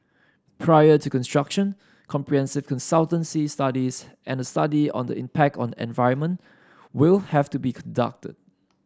prior to construction comprehensive consultancy studies and a study on the impact on environment will have to be conducted